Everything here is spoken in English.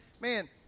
man